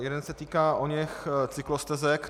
Jeden se týká oněch cyklostezek.